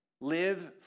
Live